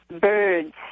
birds